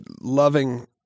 loving